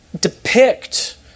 depict